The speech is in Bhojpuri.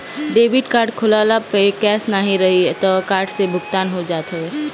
डेबिट कार्ड होखला पअ कैश नाहियो रही तअ कार्ड से भुगतान हो जात हवे